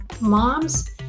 moms